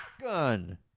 Gun